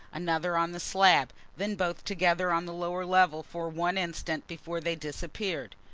another on the slab, then both together on the lower level for one instant before they disappeared.